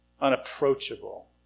unapproachable